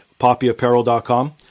poppyapparel.com